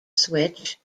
switch